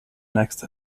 next